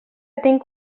tinc